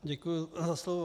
Děkuji za slovo.